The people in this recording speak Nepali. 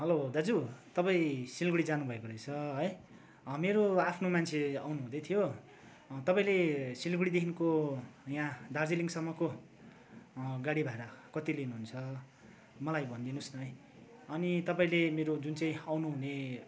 हेलो दाजु तपाईँ सिलगढी जानुभएको रहेछ है मेरो आफ्नो मान्छे आउनु हुँदैथ्यो तपाईँले सिलगढीदेखिको यहाँ दार्जिलिङसम्मको गाडी भाडा कति लिनुहुन्छ मलाई भनिदिनु होस् न है अनि तपाईँले मेरो जुन चाहिँ आउनुहुने